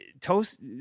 toast